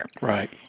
right